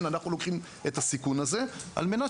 אנחנו לוקחים את הסיכון הזה על מנת